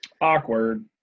awkward